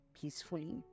peacefully